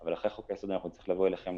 אבל אחרי חוק-היסוד נצטרך לבוא אליכם,